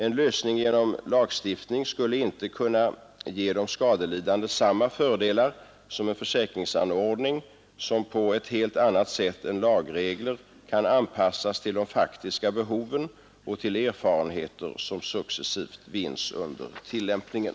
En lösning genom lagstiftning skulle inte kunna ge de skadelidande samma fördelar som en försäkringsanord ning, som på ett helt annat sätt än lagregler kan anpassas till de faktiska behoven och till erfarenheter som successivt vinns under tillämpningen.